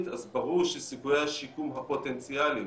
אז ברור שסיכויי השיקום הפוטנציאליים